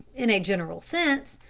in a general sense,